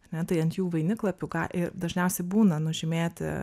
ane tai ant jų vainiklapių ką i dažniausiai būna nužymėti